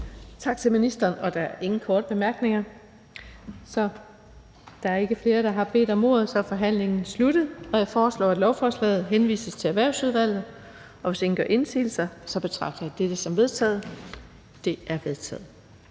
Tak til ministeren. Der er ingen korte bemærkninger. Der er ikke flere, der har bedt om ordet, så forhandlingen er sluttet. Jeg foreslår, at lovforslaget henvises til Erhvervsudvalget. Hvis ingen gør indsigelse, betragter jeg dette som vedtaget. Det er vedtaget.